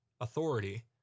authority